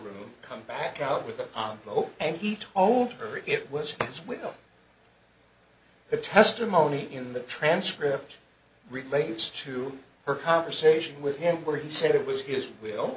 room come back out with it on go and he told her it was as will the testimony in the transcript relates to her conversation with him where he said it was his will